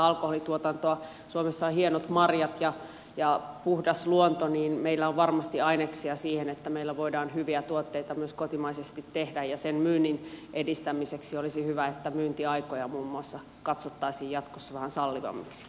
kun suomessa on hienot marjat ja puhdas luonto niin meillä on varmasti aineksia siihen että meillä voidaan hyviä tuotteita myös kotimaisesti tehdä ja sen myynnin edistämiseksi olisi hyvä että myyntiaikoja muun muassa katsottaisiin jatkossa vähän sallivammiksi